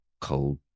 cold